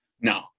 no